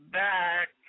back